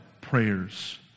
prayers